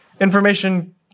Information